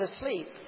asleep